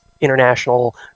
international